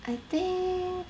I think